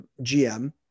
GM